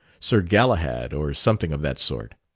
sir galahad or something of that sort.